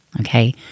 Okay